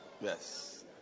Yes